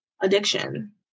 addiction